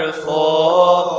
ah for